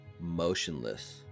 motionless